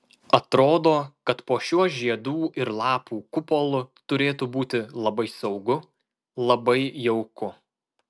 atrodo kad po šiuo žiedų ir lapų kupolu turėtų būti labai saugu labai jauku